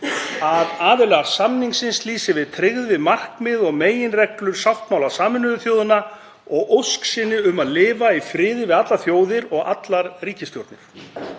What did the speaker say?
„að aðilar samningsins lýsi yfir tryggð við markmið og meginreglur sáttmála Sameinuðu þjóðanna og ósk sinni um að lifa í friði við allar þjóðir og allar ríkisstjórnir“